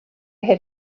had